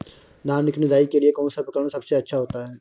धान की निदाई के लिए कौन सा उपकरण सबसे अच्छा होता है?